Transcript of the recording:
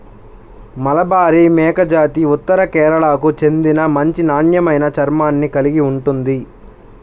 మలబారి మేకజాతి ఉత్తర కేరళకు చెందిన మంచి నాణ్యమైన చర్మాన్ని కలిగి ఉంటుంది